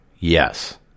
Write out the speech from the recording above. Yes